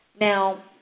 Now